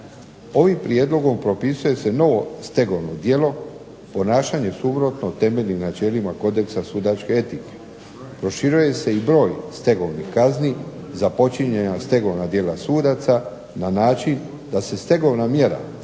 Ovim prijedlogom propisuje se novo stegovno djelo, ponašanje suprotno temeljnim načelima kodeksa sudačke etike, proširuje se i broj stegovnih kazni za počinjena stegovna djela sudaca na način da se stegovna mjera